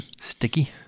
Sticky